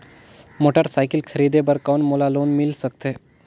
Motorcycle खरीदे बर कौन मोला लोन मिल सकथे?